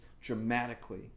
dramatically